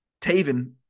Taven